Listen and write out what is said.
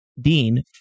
Dean